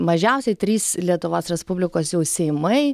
mažiausiai trys lietuvos respublikos jau seimai